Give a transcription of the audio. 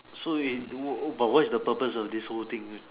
so you do oh but what is the purpose of this whole thing leh